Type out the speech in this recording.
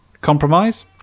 Compromise